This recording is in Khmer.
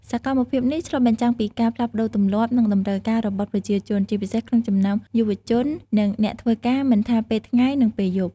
សកម្មភាពនេះឆ្លុះបញ្ចាំងពីការផ្លាស់ប្តូរទម្លាប់ និងតម្រូវការរបស់ប្រជាជន ជាពិសេសក្នុងចំណោមយុវជន និងអ្នកធ្វើការមិនថាពេលថ្ងៃ និងពេលយប់។